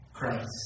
Christ